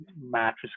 mattress